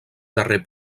darrer